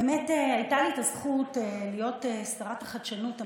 באמת הייתה לי הזכות להיות שרת החדשנות,